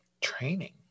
training